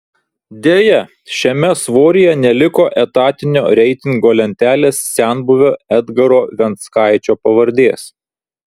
deja šiame svoryje neliko etatinio reitingo lentelės senbuvio edgaro venckaičio pavardės